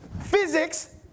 physics